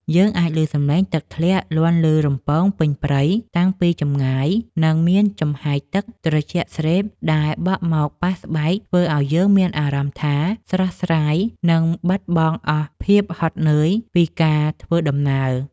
យើងអាចឮសំឡេងទឹកធ្លាក់លាន់ឮរំពងពេញព្រៃតាំងពីចម្ងាយ និង មានចំហាយទឹកត្រជាក់ស្រេបដែលបក់មកប៉ះស្បែកធ្វើឱ្យយើងមានអារម្មណ៍ថាស្រស់ស្រាយ និង បាត់អស់ភាពហត់នឿយពីការធ្វើដំណើរ។